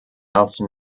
else